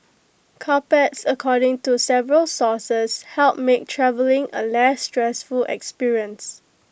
carpets according to several sources help make travelling A less stressful experience